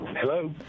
Hello